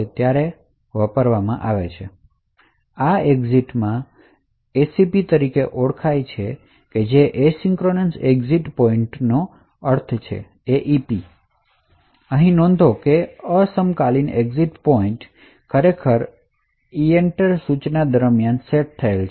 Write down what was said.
આ એસિંક્રોનસ એક્ઝિટમાં જે AEP તરીકે ઓળખાય છે તેમાં એસિંક્રોનસ એક્ઝિટ પોઇન્ટરનો અર્થ છે નોંધ લો કે એસિંક્રોનસ એક્ઝિટ પોઇન્ટર ખરેખર EENTER સૂચના દરમિયાન સેટ થયેલ છે